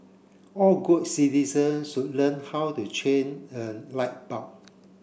all good citizen should learn how to change a light bulb